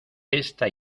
esta